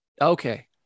Okay